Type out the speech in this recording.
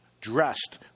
dressed